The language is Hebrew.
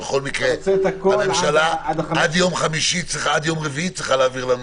בכל מקרה הממשלה עד יום רביעי צריכה להעביר לנו